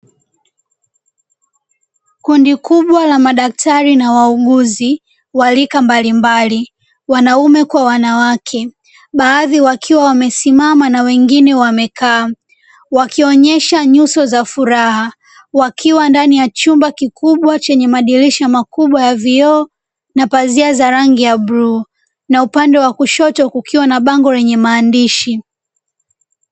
Kundi kubwa la madaktari na wauguzi wa rika mbalimbali (wanaume kwa wanawake), baadhi wakiwa wamesimama na wengine wamekaa wakionyesha nyuso za furaha. Wakiwa ndani ya chumba kikubwa chenye madirisha makubwa ya vioo na pazia za rangi ya bluu na upande wa kushoto kukiwa na bango lenye maandishi.